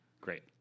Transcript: Great